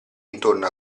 intorno